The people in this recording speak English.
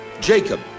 Jacob